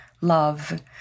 love